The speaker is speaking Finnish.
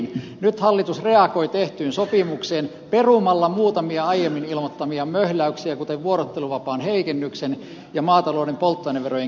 nyt hallitus reagoi tehtyyn sopimukseen perumalla muutamia aiemmin ilmoittamiaan möhläyksiä kuten vuorotteluvapaan heikennyksen ja maatalouden polttoaineverojen kiristyksen